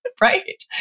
Right